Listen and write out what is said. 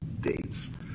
dates